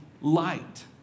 light